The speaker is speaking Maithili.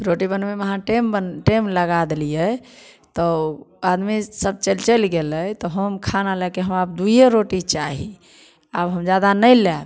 रोटी बनबेमे अहाँ टाइम टाइम लगा देलियै तब आदमी सब चलि चलि गेलै तऽ हम खाना लै के हँ आब दुइये रोटी चाही आब हम जादा नहि लाएब